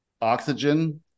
Oxygen